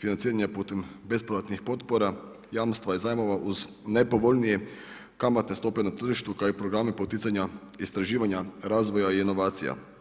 financiranja putem bespovratnih potpora, jamstva i zajmova uz nepovoljnije kamatne stope na tržištu, kao i programe poticanja istraživanja razvoja i inovacija.